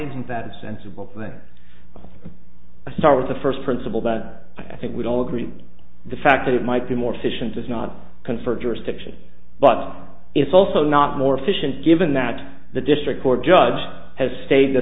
isn't that a sensible for a start with the first principle but i think we'd all agree the fact that it might be more efficient does not confer jurisdiction but it's also not more efficient given that the district court judge has stated th